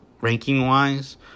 ranking-wise